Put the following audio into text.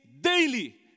daily